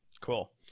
Cool